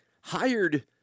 hired